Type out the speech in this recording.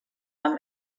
term